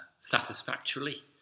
satisfactorily